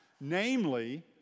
Namely